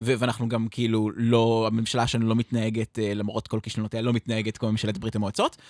ואנחנו גם כאילו לא... הממשלה שלנו לא מתנהגת, למרות כל כישלונותיה, לא מתנהגת כמו ממשלת ברית המועצות.